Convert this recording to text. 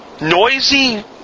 noisy